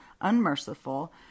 unmerciful